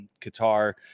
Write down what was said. Qatar